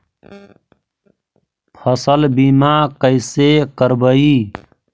फसल बीमा कैसे करबइ?